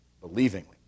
believingly